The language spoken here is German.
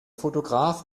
fotograf